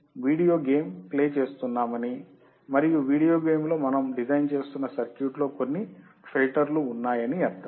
మనము video game play చేస్తున్నామని మరియు వీడియోగేమ్లో మనం డిజైన్ చేస్తున్న సర్క్యూట్లో కొన్ని ఫిల్టర్లు ఉన్నాయని అర్థం